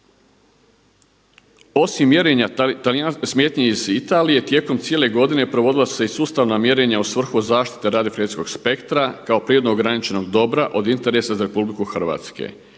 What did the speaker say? Osim mjerenja smetnji iz Italije tijekom cijele godine provodila su se i sustavna mjerenja u svrhu zaštite radio frekvencijskog spektra kao prirodno ograničenog dobra od interesa za RH.